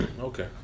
Okay